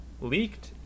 leaked